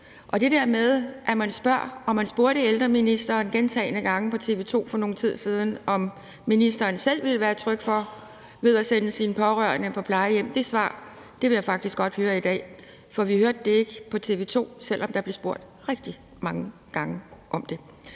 til det der med, at man for nogen tid siden gentagne gange på TV 2 spurgte ældreministeren om, om ministeren selv ville være tryg ved at sende sine pårørende på plejehjem, vil jeg faktisk godt høre det svar i dag. For vi hørte det ikke på TV 2, selv om der blev spurgt rigtig mange gange om det.